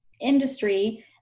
industry